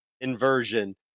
inversion